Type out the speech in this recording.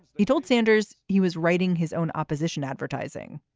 he told sanders he was writing his own opposition advertising.